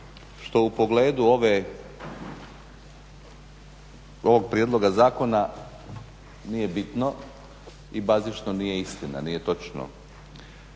Što u pogledu ovog prijedlog zakona nije bitno i bazično nije istina. Nije točno.